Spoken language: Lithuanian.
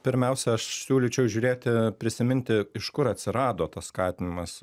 pirmiausia aš siūlyčiau žiūrėti prisiminti iš kur atsirado tas skatinimas